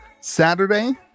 Saturday